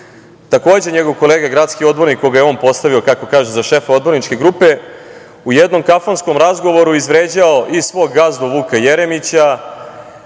takođe njegov kolega gradski odbornik, koga je on postavio, kako kaže, za šefa odborničke grupe, u jednom kafanskom razgovoru izvređao i svog gazdu Vuka Jeremića,